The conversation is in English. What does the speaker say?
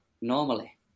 normally